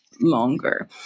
longer